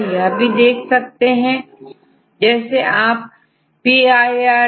तो यहां आप किसी भी कंडीशन को दे सकते हैं डेटाबेस इस सारी इनफार्मेशन का उपयोग कर आपको डिसाइड आउटपुट दे देगा